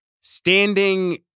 standing